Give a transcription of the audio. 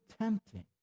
tempting